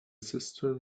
cistern